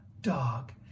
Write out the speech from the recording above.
dog